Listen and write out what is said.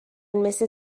مثل